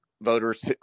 voters